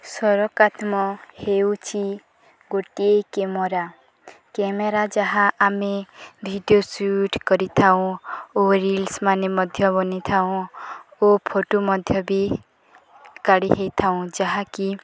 ସରକାରତ୍ମ ହେଉଛି ଗୋଟିଏ camera camera ଯାହା ଆମେ ଭିଡ଼ିଓ ସୁଟ୍ କରିଥାଉଁ ଓ ରିଲ୍ସ ମାନ ମଧ୍ୟ ବନେଇଥାଉଁ ଓ ଫଟୋ ମଧ୍ୟ ବି କାଢ଼ି ହେଇଥାଉଁ ଯାହାକି